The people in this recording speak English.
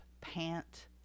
pant